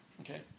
Okay